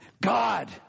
God